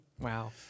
Wow